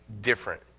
different